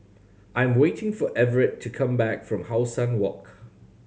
I am waiting for Everett to come back from How Sun Walk